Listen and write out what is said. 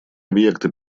объекты